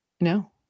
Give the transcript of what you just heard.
No